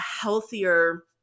healthier